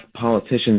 politicians